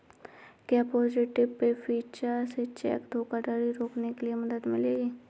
क्या positive pay feature से cheque धोखाधड़ी रोकने में मदद मिलेगी?